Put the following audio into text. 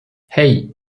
hey